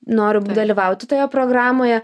noriu dalyvauti toje programoje